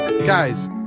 Guys